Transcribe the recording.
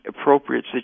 appropriate